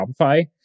Shopify